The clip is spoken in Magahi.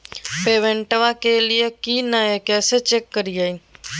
पेमेंटबा कलिए की नय, कैसे चेक करिए?